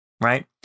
right